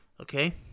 Okay